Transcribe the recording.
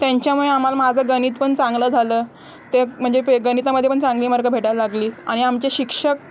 त्यांच्यामुळे आम्हाला माझं गणित पण चांगलं झालं ते म्हणजे पे गणितामध्ये पण चांगली मार्क भेटायला लागली आणि आमचे शिक्षक